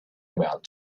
about